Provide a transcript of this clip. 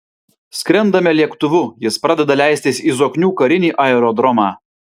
skrendame lėktuvu jis pradeda leistis į zoknių karinį aerodromą